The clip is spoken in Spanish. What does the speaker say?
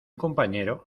compañero